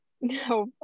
No